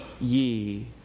ye